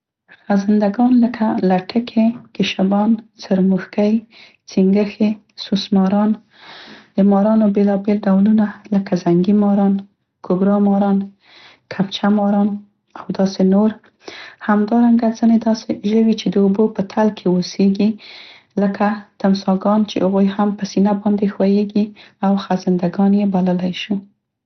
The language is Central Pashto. خزنده ګان لکه، لټکې، کیشبان، څرمښکۍ، څينګښې، سوسماران، د مارانو بیلابیل ډولونه لکه زنګي ماران، کبرا ماران، کبچه ماران او داسې نور. همدرانګه ځينې داسې ژوي چې د اوبو په تل کې اوسیګي لکه تمساح ګان چې هغوی هم په سینه باندې ښوییګي او خزنده ګان یې بللی شو.